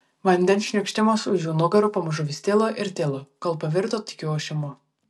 vandens šniokštimas už jų nugarų pamažu vis tilo ir tilo kol pavirto tykiu ošimu